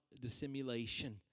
dissimulation